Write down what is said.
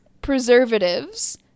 preservatives